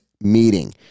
meeting